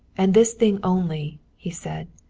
and this thing only, he said.